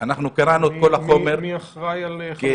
קראנו את כל החומר, כדרכנו.